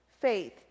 Faith